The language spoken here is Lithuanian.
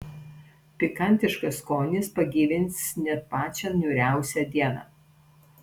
pikantiškas skonis pagyvins net pačią niūriausią dieną